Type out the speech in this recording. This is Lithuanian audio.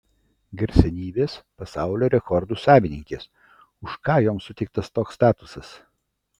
garsenybės pasaulio rekordų savininkės už ką joms suteiktas toks statusas